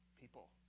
people